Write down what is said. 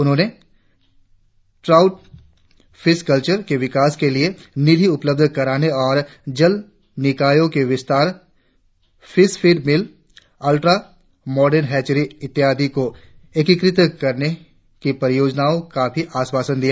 उन्होंने trout fish culture के विकास के लिए निधि उपलब्ध कराने और जल निकायों के विस्तार fish feed mill ultra modern hatchery इत्यादी को एकीकृत करने की परियोजना का भी आश्वासन दिया